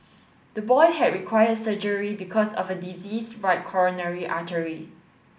the boy had required surgery because of a diseased right coronary artery